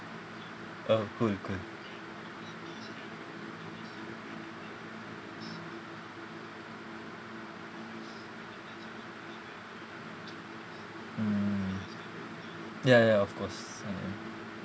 oh cool cool mm ya ya of course I mean